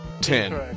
ten